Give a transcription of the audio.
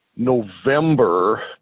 November